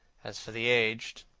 as for the aged,